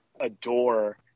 adore